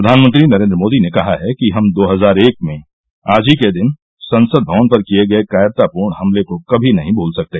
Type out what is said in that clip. प्रधानमंत्री नरेंद्र मोदी ने कहा है कि हम दो हजार एक में आज ही के दिन संसद भवन पर किए गए कायरतापूर्ण हमले को कभी नहीं भूल सकते